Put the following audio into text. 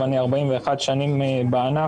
אבל אני 41 שנים בענף,